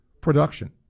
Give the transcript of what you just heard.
production